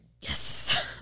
yes